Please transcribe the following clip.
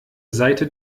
seite